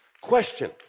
Question